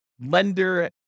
lender